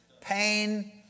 pain